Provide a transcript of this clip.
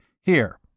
Here